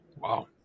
wow